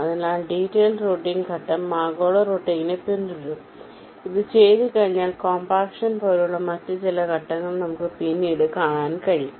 അതിനാൽ ഡീറ്റൈൽഡ് റൂട്ടിംഗിന്റെ ഘട്ടം ആഗോള റൂട്ടിംഗിനെ പിന്തുടരും ഇത് ചെയ്തുകഴിഞ്ഞാൽ കോംപാക്ഷൻ പോലുള്ള മറ്റ് ചില ഘട്ടങ്ങൾ നമുക്ക് പിന്നീട് കാണാൻ കഴിയും